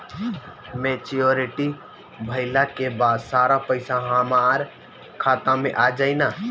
Maturity भईला के बाद सारा पईसा हमार खाता मे आ जाई न?